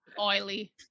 oily